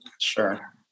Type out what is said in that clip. Sure